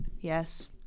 Yes